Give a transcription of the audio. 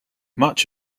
much